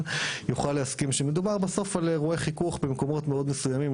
יוכל להסכים שמדובר בסוף על אירועי חיכוך במקומות מאוד מסוימים,